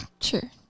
Sure